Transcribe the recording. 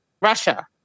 Russia